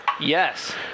Yes